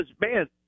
man